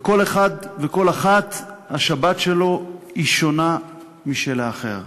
וכל אחת, השבת שלו היא שונה משל האחר,